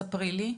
ספרי לי.